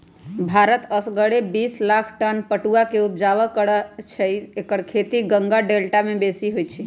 भारत असगरे बिस लाख टन पटुआ के ऊपजा करै छै एकर खेती गंगा डेल्टा में बेशी होइ छइ